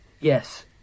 Yes